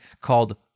called